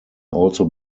also